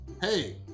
hey